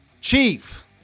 Chief